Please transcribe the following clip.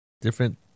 different